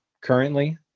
currently